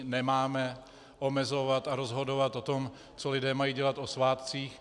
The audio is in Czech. Nemáme omezovat a rozhodovat o tom, co lidé mají dělat o svátcích.